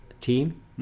team